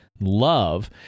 love